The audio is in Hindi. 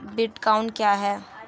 बिटकॉइन क्या है?